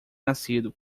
nascido